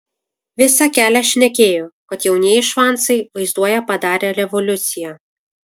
visą kelią šnekėjo kad jaunieji švancai vaizduoja padarę revoliuciją